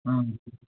ꯑꯪ